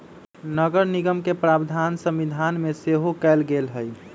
नगरनिगम के प्रावधान संविधान में सेहो कयल गेल हई